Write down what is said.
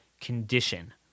condition